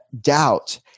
doubt